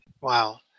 Wow